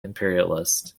imperialist